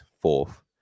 fourth